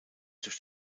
durch